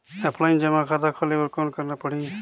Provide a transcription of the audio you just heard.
Offline जमा खाता खोले बर कौन करना पड़ही?